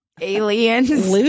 Aliens